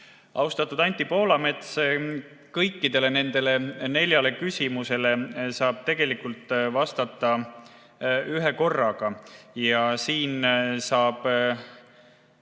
Austatud Anti Poolamets! Kõikidele nendele neljale küsimusele saab tegelikult vastata ühekorraga ja siin saab